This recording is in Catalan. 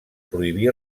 prohibí